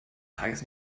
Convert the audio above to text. tages